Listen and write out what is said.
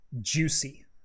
juicy